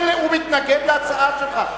הוא מתנגד להצעה שלך.